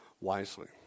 wisely